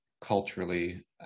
Culturally